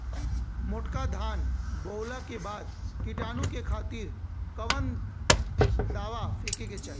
मोटका धान बोवला के बाद कीटाणु के खातिर कवन दावा फेके के चाही?